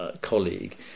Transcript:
colleague